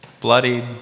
bloodied